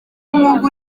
mwuga